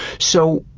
so,